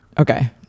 Okay